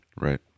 Right